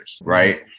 Right